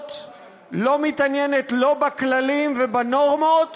הזאת לא מתעניינת לא בכללים ובנורמות